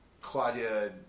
Claudia